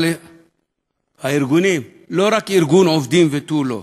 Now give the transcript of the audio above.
אבל הארגונים: לא רק ארגון עובדים ותו לא,